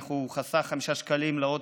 חסך חמישה שקלים לאוטובוס,